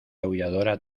aulladora